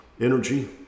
energy